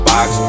Box